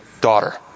daughter